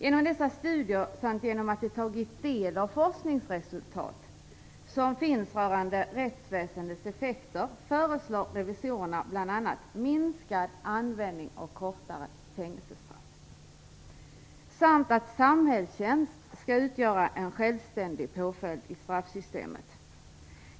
Efter dessa studier samt efter det att man tagit del av forskningsresultat rörande rättsväsendets effekter föreslår revisorerna bl.a. en minskad användning av kortare fängelsestraff samt att samhällstjänst skall utgöra en självständig påföljd i straffsystemet.